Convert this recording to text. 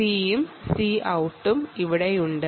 Ci യും Cout ഇവിടെയുണ്ട്